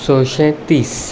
संशे तीस